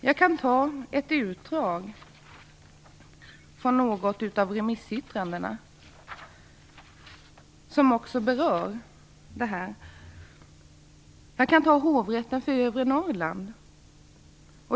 Jag kan återge ett utdrag ur remissyttrandet från Hovrätten i övre Norrland.